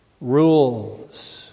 rules